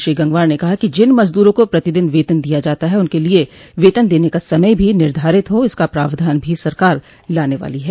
श्री गंगवार ने कहा कि जिन मजदूरों को प्रतिदिन वेतन दिया जाता है उनके लिए वेतन देने का समय भी निर्धारित हो इसका प्रावधान भी सरकार लाने वाली है